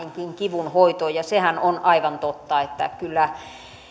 tätä laajemminkin kivun hoitoon sehän on aivan totta että kyllä